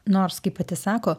nors kaip pati sako